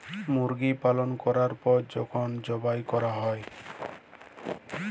মুরগি পালল ক্যরার পর যখল যবাই ক্যরা হ্যয়